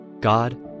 God